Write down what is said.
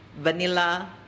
vanilla